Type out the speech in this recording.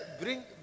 bring